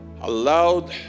allowed